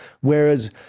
Whereas